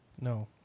no